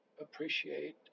appreciate